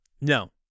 No